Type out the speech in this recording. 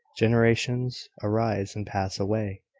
generations arise and pass away,